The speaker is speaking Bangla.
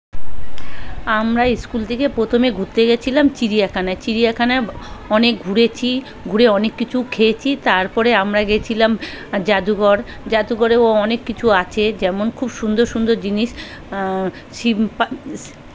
আমরা স্কুল থেকে প্রথমে ঘুরতে গেছিলাম চিড়িয়াখানায় চিড়িয়াখানায় অনেক ঘুরেছি ঘুরে অনেক কিছু খেয়েছি তারপরে আমরা গেছিলাম জাদুঘর জাদুগরেও অ অনেক কিছু আছে যেমন খুব সুন্দর সুন্দর জিনিস শিম্পান